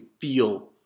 feel